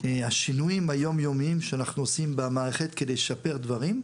השינויים היום-יומיים שאנחנו עושים במערכת כדי לשפר דברים,